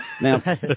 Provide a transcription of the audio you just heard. Now